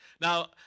Now